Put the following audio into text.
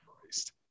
Christ